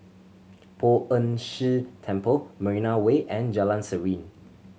Poh Ern Shih Temple Marina Way and Jalan Serene